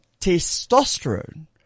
Testosterone